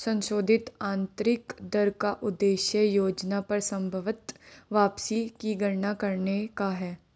संशोधित आंतरिक दर का उद्देश्य योजना पर संभवत वापसी की गणना करने का है